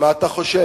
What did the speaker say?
ממה אתה חושש?